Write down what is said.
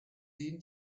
den